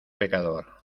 pecador